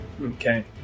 Okay